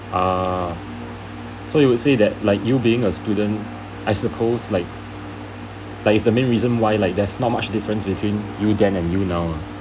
ah so you would say that like you being a student I supposed like like it's a main reason why like that's not much difference between you then and you now ah